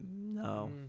No